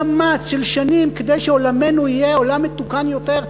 שהשקיעו מאמץ של שנים כדי שעולמנו יהיה עולם מתוקן יותר,